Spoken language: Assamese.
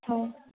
হয়